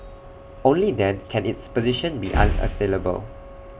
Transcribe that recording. only then can its position be unassailable